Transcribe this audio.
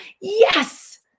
yes